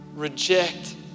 Reject